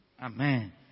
Amen